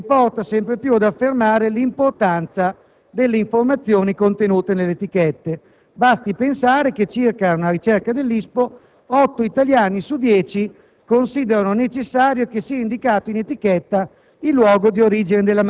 nella coscienza dei consumatori è iniziato un percorso che porta sempre più ad affermare l'importanza delle informazioni contenute nelle etichette. Basti pensare che, secondo una ricerca dell'ISPO, otto italiani su dieci